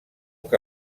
que